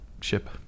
ship